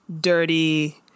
dirty